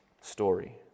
story